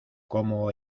como